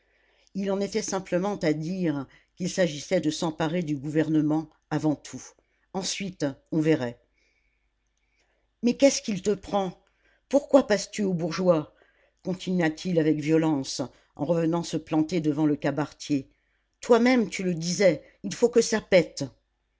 il en était simplement à dire qu'il s'agissait de s'emparer du gouvernement avant tout ensuite on verrait mais qu'est-ce qu'il te prend pourquoi passes tu aux bourgeois continua-t-il avec violence en revenant se planter devant le cabaretier toi-même tu le disais il faut que ça pète